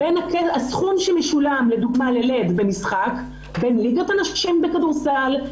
הסכום שמשולם במשחק בין --- הנשים בכדורסל,